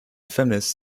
feminist